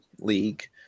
league